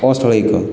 ଅସ୍ୱାଭାବିକ